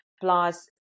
plus